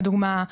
לדוגמא,